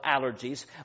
allergies